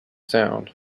sound